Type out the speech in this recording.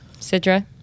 Sidra